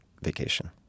vacation